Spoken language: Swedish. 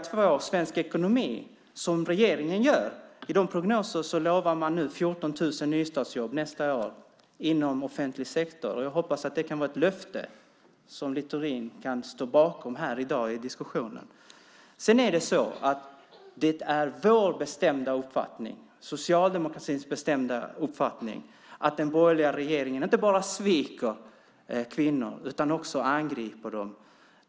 2, Svensk ekonomi , och i de prognoser som regeringen gör lovar man nu 14 000 nystartsjobb inom offentlig sektor nästa år. Jag hoppas att det kan vara ett löfte som Littorin kan stå bakom i diskussionen här i dag. Sedan är det socialdemokratins bestämda uppfattning att den borgerliga regeringen inte bara sviker kvinnor utan också angriper dem.